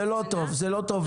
זה לא טוב לי,